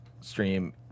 stream